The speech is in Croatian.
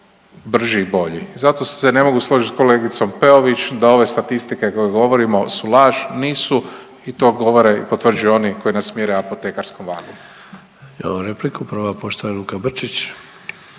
brži i bolji. Zato se ne mogu složiti s kolegicom Peović da ove statistike koje govorimo su laž, nisu i to govore i potvrđuju oni koji nas mjere apotekarskom vagom.